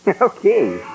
Okay